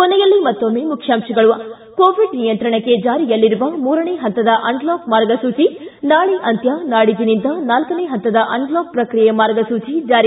ಕೊನೆಯಲ್ಲಿ ಮತ್ತೊಮ್ಮೆ ಮುಖ್ಯಾಂಶಗಳು ಕೊ ಕೋವಿಡ್ ನಿಯಂತ್ರಣಕ್ಕೆ ಜಾರಿಯಲ್ಲಿರುವ ಮೂರನೇ ಹಂತದ ಅನ್ಲಾಕ್ ಮಾರ್ಗಸೂಚಿ ನಾಳೆ ಅಂತ್ಯ ನಾಡಿದ್ದಿನಿಂದ ನಾಲ್ಕನೇ ಹಂತದ ಅನ್ಲಾಕ್ ಪ್ರಕ್ರಿಯೆ ಮಾರ್ಗಸೂಚಿ ಜಾರಿ